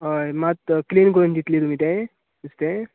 हय मात क्लिन करून दितली तुमी ते नुस्तें